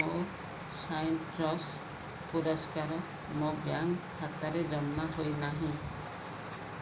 ମୋ ସାଇଟ୍ରସ୍ ପୁରସ୍କାର ମୋ ବ୍ୟାଙ୍କ ଖାତାରେ ଜମା ହୋଇନାହିଁ